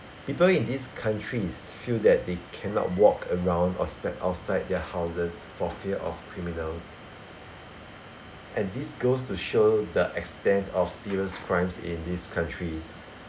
people in these countries feel that they cannot walk around or sat outside their houses for fear of criminals and this goes to show the extent of serious crimes in these countries